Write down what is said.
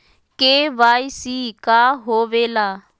KYC का होवेला?